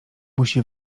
musi